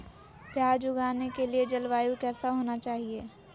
प्याज उगाने के लिए जलवायु कैसा होना चाहिए?